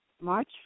March